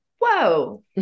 whoa